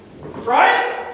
Right